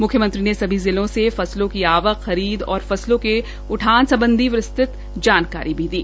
म्ख्यमंत्री ने सभी जिलों से फसलों की आवक खरीद और फसलों के उठान संबंधी विस्तृत जानकारी भी ली